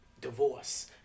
divorce